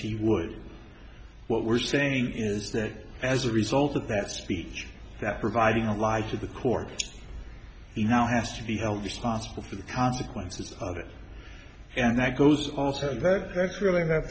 would what we're saying is that as a result of that speech that providing a lie to the court he now has to be held responsible for the consequences of it and that goes also that's really not